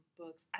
books